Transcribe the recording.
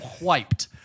wiped